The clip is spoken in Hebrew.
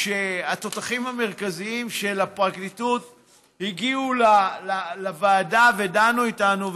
כשהתותחים המרכזיים של הפרקליטות הגיעו לוועדה ודנו איתנו,